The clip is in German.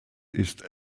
ist